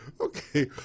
Okay